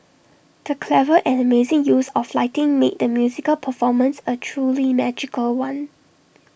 the clever and amazing use of lighting made the musical performance A truly magical one